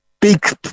big